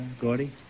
Gordy